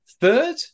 Third